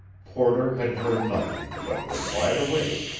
porter had heard nothing, but was wide awake,